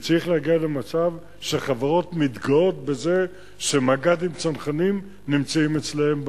צריך להגיע למצב שחברות מתגאות בזה שמג"דים בצנחנים נמצאים אצלן,